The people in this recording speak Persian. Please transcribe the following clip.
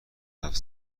هفت